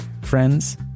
Friends